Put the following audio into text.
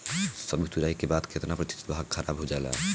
सब्जी तुराई के बाद केतना प्रतिशत भाग खराब हो जाला?